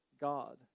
God